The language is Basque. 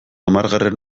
hamargarren